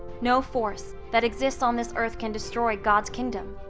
no force that exists on this earth can destroy god's kingdom,